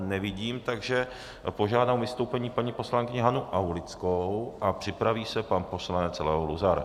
Nevidím, takže požádám o vystoupení paní poslankyni Hanu Aulickou a připraví se pan poslanec Leo Luzar.